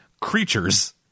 Creatures